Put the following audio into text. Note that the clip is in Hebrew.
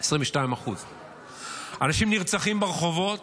22%. אנשים נרצחים ברחובות,